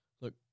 look